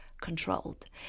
controlled